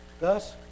Thus